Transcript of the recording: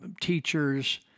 teachers